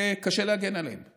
וקשה להגן על הכורים האלה.